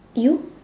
you